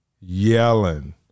Yelling